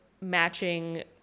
matching